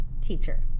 Teacher